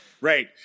right